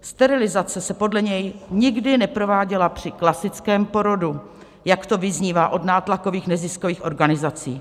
Sterilizace se podle něj nikdy neprováděla při klasickém porodu, jak to vyznívá od nátlakových neziskových organizací.